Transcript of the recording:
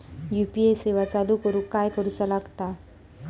UPI सेवा चालू करूक काय करूचा लागता?